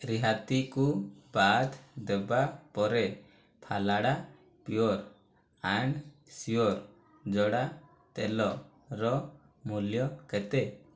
ରିହାତି କୁ ବାଦ୍ ଦେବା ପରେ ଫାଲାଡା ପିଓର ଆଣ୍ଡ ସିଓର ଜଡ଼ା ତେଲର ମୂଲ୍ୟ କେତେ